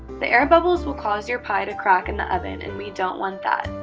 the air bubbles will cause your pie to crack in the oven, and we don't want that.